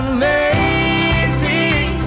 amazing